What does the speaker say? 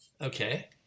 Okay